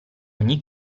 ogni